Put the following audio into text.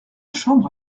chambre